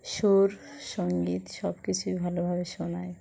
সুর সঙ্গীত সব কিছুই ভালোভাবে শোনায়